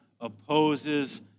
opposes